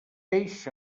peix